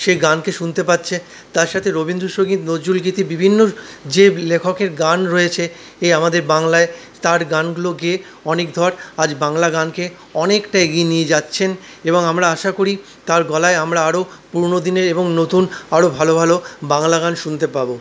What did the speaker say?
সেই গানকে শুনতে পাচ্ছে তার সাথে রবীন্দ্র সংগীত নজরুলগীতি বিভিন্ন যে লেখকের গান রয়েছে এই আমাদের বাংলায় তার গানগুলোকে অনীক ধর আজ বাংলা গানকে অনেকটা এগিয়ে নিয়ে যাচ্ছেন এবং আমরা আশা করি তার গলায় আমরা আরো পুরোনো দিনের এবং নতুন আরও ভালো ভালো বাংলা গান শুনতে পাব